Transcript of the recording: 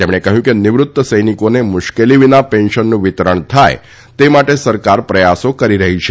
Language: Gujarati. તેમણે કહ્યું કે નિવૃત્ત સૈનિકોને મુશ્કેલી વિના પેન્શનનું વિતરણ થાય તે માટે સરકાર પ્રયાસો કરી રહી છે